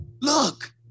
look